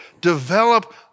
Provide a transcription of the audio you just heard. develop